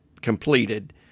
completed